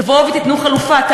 תבואו ותיתנו חלופה,